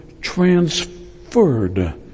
transferred